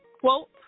quote